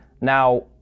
Now